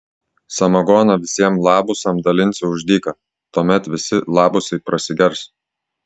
samagoną visiem labusam dalinsiu už dyką tuomet visi labusai prasigers